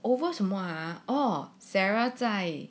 over 什么 ah orh sarah 在